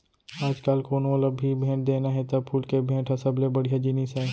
आजकाल कोनों ल भी भेंट देना हे त फूल के भेंट ह सबले बड़िहा जिनिस आय